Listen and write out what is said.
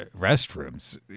restrooms